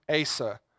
Asa